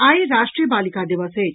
आइ राष्ट्रीय बालिका दिवस अछि